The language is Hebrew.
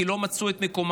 כי לא מצאו את מקומם,